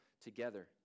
together